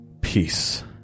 Peace